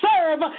serve